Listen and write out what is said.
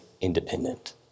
independent